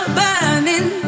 burning